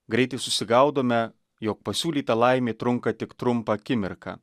greitai susigaudome jog pasiūlyta laimė trunka tik trumpą akimirką